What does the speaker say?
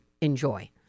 enjoy